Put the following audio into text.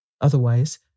Otherwise